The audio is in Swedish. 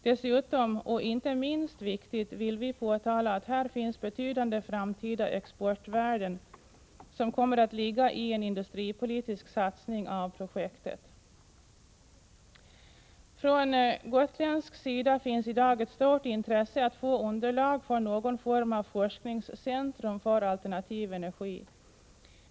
Dessutom, och inte minst viktigt, vill vi påtala att här finns betydande framtida exportvärden, som kommer att ligga i en industripolitisk satsning på projektet. Från gotländsk sida finns i dag ett stort intresse att få underlag för någon form av forskningscentrum för alternativ energi.